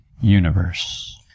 universe